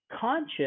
conscious